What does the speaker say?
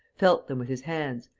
felt them with his hands,